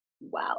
wow